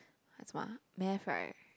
and 什么 ah math right